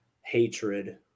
hatred